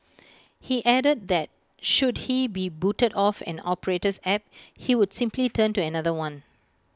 he added that should he be booted off an operator's app he would simply turn to another one